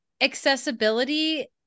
accessibility